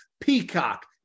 Peacock